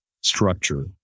structure